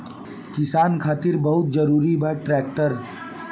किसान खातिर बहुत जरूरी बा ट्रैक्टर